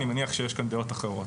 אני מניח שיש כאן דעות אחרות.